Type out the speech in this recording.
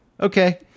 okay